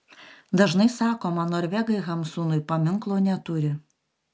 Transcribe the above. dažnai sakoma norvegai hamsunui paminklo neturi